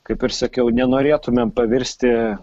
kaip ir sakiau nenorėtumėm pavirsti